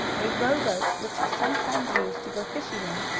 a rowboat which he sometimes used to go fishing in,